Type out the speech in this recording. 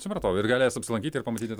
supratau ir galės apsilankyti ir pamatyti